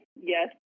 yes